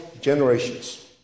generations